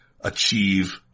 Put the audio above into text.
achieve